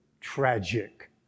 tragic